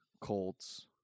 Colts